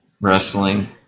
wrestling